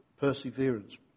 perseverance